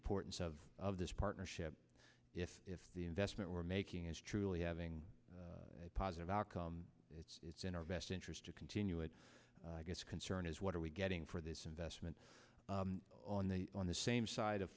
importance of of this partnership if if the investment we're making is truly having a positive outcome it's it's in our best interest to continue it i guess concern is what are we getting for this investment on the on the same side of